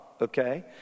okay